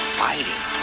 fighting